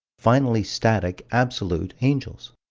finally-static, absolute angels.